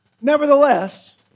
nevertheless